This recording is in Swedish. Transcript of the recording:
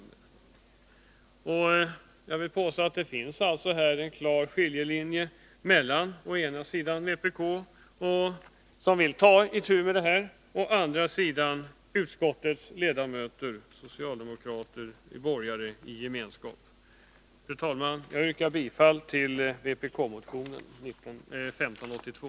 Det finns alltså en klar skiljelinje mellan å ena sidan vänsterpartiet kommunisterna som vill ta itu med detta och å andra sidan utskottets ledamöter, socialdemokrater och borgare i gemenskap. Fru talman! Jag yrkar bifall till vpk-motionen 1582.